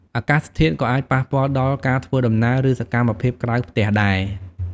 អាកាសធាតុក៏អាចប៉ះពាល់ដល់ការធ្វើដំណើរ ឬសកម្មភាពក្រៅផ្ទះដែរ។